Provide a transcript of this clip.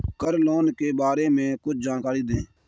Car loan के बारे में कुछ जानकारी दें?